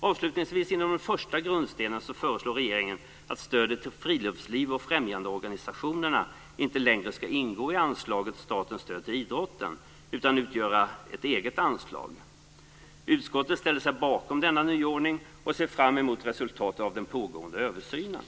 Avslutningsvis när det gäller den första grundstenen föreslår regeringen att stödet till friluftsliv och främjandeorganisationerna inte längre ska ingå i anslaget Statens stöd till idrotten utan utgöra ett eget anslag. Utskottet ställer sig bakom denna nyordning och ser fram emot resultatet av den pågående översynen.